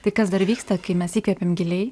tai kas dar vyksta kai mes įkvepiam giliai